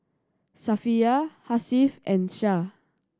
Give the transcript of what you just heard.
Safiya Hasif and Syah